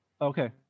Okay